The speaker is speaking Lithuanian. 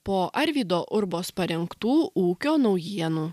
po arvydo urbos parengtų ūkio naujienų